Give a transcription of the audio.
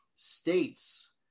states